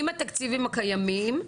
עם התקציבים הקיימים,